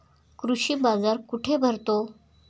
कृषी बाजार कुठे भरतो?